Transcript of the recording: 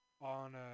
on